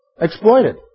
Exploited